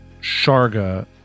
Sharga